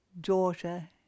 daughter